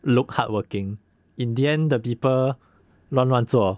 look hardworking in the end the people 乱乱做